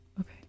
Okay